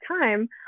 time